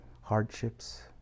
hardships